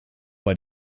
bei